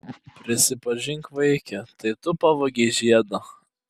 prisipažink vaike tai tu pavogei žiedą